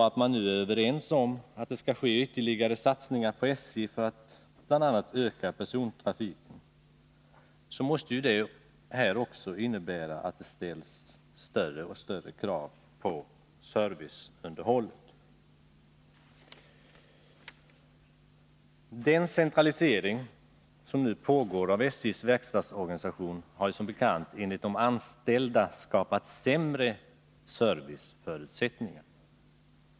Att man nu är överens om att det skall ske ytterligare satsningar på SJ för att bl.a. öka persontrafiken måste innebära att det ställs större och större krav på serviceunderhållet. Men den centralisering som nu pågår av SJ:s verkstadsorganisation har som bekant enligt de anställda skapat sämre serviceförutsättningar.